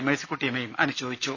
മേഴ്സിക്കുട്ടിയമ്മയും അനുശോചിച്ചു